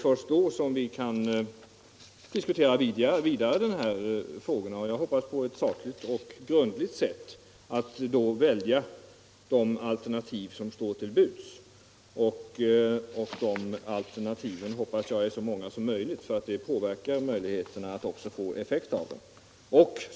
Först på det sättet kan vi få en saklig och grundlig diskussion och välja de alternativ som då står till buds. Jag hoppas att dessa alternativ är många, eftersom det har betydelse för möjligheterna att få ut någon effekt.